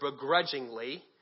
begrudgingly